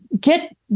get